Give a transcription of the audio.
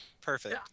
perfect